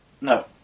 no